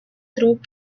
through